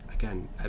again